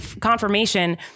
confirmation